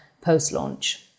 post-launch